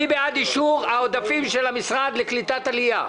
מי בעד אישור העודפים של משרד העלייה והקליטה?